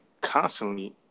constantly